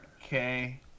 Okay